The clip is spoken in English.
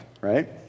Right